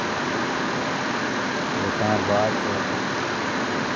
उस शा बाद बिच